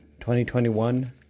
2021